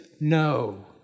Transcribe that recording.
No